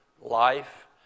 life